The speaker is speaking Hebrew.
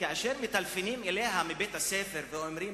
וכאשר מטלפנים אליה מבית-הספר ואומרים